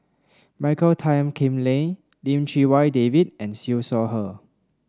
Michael Tan Kim Nei Lim Chee Wai David and Siew Shaw Her